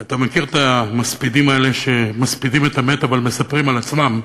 כי אתה מכיר את המספידים האלה שמספידים את המת אבל מספרים על עצמם,